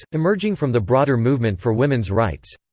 emerging from the broader movement for women's rights.